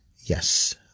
Yes